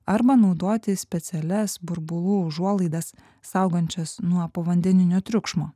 arba naudoti specialias burbulų užuolaidas saugančias nuo povandeninio triukšmo